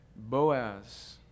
Boaz